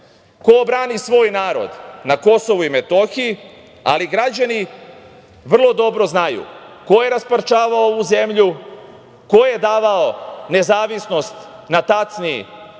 ko brani svoj narod na Kosovu i Metohiji. Građani vrlo dobro znaju ko je rasparčavao ovu zemlju, ko je davao nezavisnost na tacni